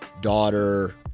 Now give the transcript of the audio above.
daughter